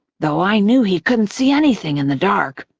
though i knew he couldn't see anything in the dark.